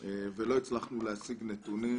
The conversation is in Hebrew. ולא הצלחנו להשיג נתונים,